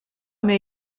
mir